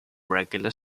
regular